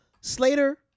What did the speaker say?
Slater